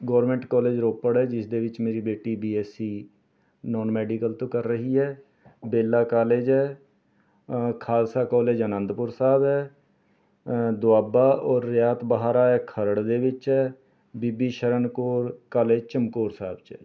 government college Ropar ਹੈ ਜਿਸ ਦੇ ਵਿੱਚ ਮੇਰੀ ਬੇਟੀ ਬੀਐੱਸਸੀ ਨੋਨ ਮੈਡੀਕਲ ਤੋਂ ਕਰ ਰਹੀ ਏ ਬੇਲਾ ਕਾਲਜ ਹੈ ਖਾਲਸਾ ਕਾਲਜ ਅਨੰਦਪੁਰ ਸਾਹਿਬ ਹੈ ਦੁਆਬਾ ਔਰ ਰਿਆਤ ਬਹਾਰਾ ਹੈ ਖਰੜ ਦੇ ਵਿੱਚ ਬੀਬੀ ਸ਼ਰਨ ਕੌਰ ਕਾਲਜ ਚਮਕੌਰ ਸਾਹਿਬ 'ਚ ਏ